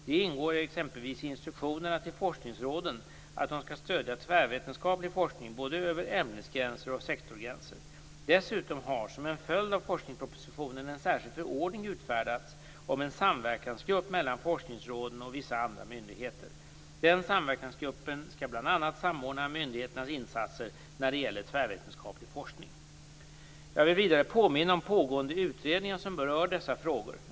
Det ingår exempelvis i instruktionerna till forskningsråden att de skall stödja tvärvetenskaplig forskning både över ämnesgränser och sektorsgränser. Dessutom har som en följd av forskningspropositionen en särskild förordning utfärdats om en samverkansgrupp mellan forskningsråden och vissa andra myndigheter. Den samverkansgruppen skall bl.a. samordna myndigheternas insatser när det gäller tvärvetenskaplig forskning. Jag vill vidare påminna om pågående utredningar som berör dessa frågor.